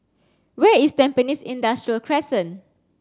where is Tampines Industrial Crescent